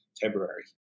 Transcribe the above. February